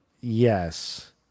Yes